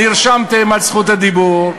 שעתיים, נרשמתם לרשות הדיבור,